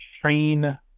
train